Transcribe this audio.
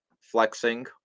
flexing